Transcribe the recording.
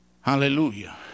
Hallelujah